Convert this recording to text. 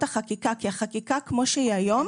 אני מקווה שבאמת תהיה פה איזו שהיא קריאה